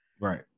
Right